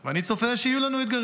ואני צופה שיהיו לנו אתגרים.